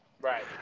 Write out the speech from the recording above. Right